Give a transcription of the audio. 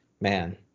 man